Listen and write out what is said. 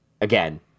Again